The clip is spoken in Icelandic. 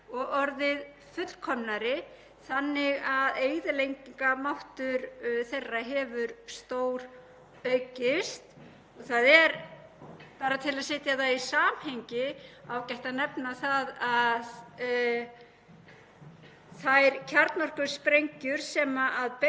Til að setja það í samhengi er ágætt að nefna að þær kjarnorkusprengjur sem beitt hefur verið, og við þekkjum hversu hræðilegan eyðileggingarmátt höfðu í för með sér, bæði í Hiroshima og Nagasaki,